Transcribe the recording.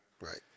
Right